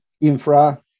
infra